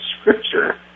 Scripture